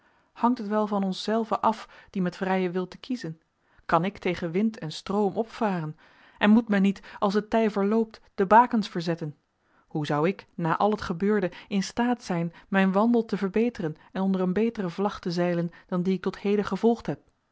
hangt het wel van onszelven af die met vrijen wil te kiezen kan ik tegen wind en stroom opvaren en moet men niet als het tij verloopt de bakens verzetten hoe zou ik na al het gebeurde in staat zijn mijn wandel te verbeteren en onder een betere vlag te zeilen dan die ik tot heden gevolgd